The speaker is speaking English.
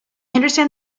understand